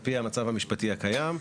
על פי המצב המשפטי הקיים,